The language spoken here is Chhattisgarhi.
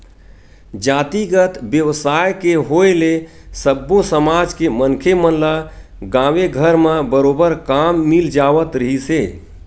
जातिगत बेवसाय के होय ले सब्बो समाज के मनखे मन ल गाँवे घर म बरोबर काम मिल जावत रिहिस हे